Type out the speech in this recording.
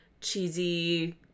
cheesy